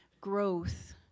growth